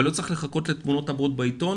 אבל לא צריך לחכות לתמונות הבאות בעיתון